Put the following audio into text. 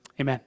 amen